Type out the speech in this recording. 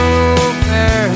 over